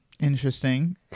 Interesting